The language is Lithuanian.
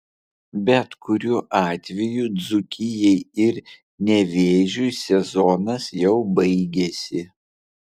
bet kuriuo atveju dzūkijai ir nevėžiui sezonas jau baigėsi